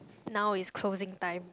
now is closing time